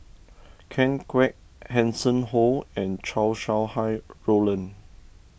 Ken Kwek Hanson Ho and Chow Sau Hai Roland